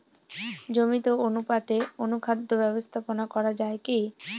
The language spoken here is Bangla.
জমিতে অনুপাতে অনুখাদ্য ব্যবস্থাপনা করা য়ায় কি?